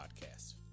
Podcast